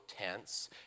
tense